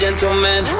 Gentlemen